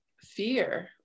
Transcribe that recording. fear